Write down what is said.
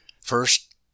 First